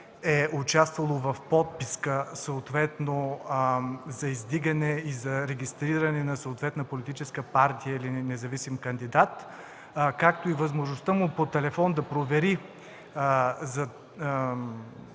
е участвало в подписка, съответно за издигане и регистриране на съответна политическа партия или независим кандидат, както и възможността му по телефон да провери